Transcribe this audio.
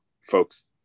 folks